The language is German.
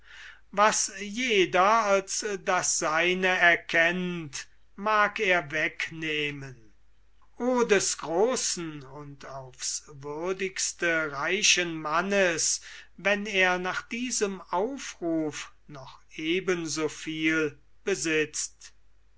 was jeder als das seine erkennt mag er wegnehmen o des großen und aufs würdigste reichen mannes wenn er nach diesem aufruf noch eben so viel besitzt